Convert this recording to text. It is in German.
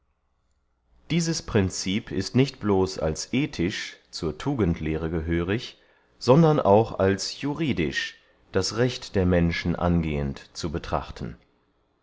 dieses princip ist nicht bloß als ethisch zur tugendlehre gehörig sondern auch als juridisch das recht der menschen angehend zu betrachten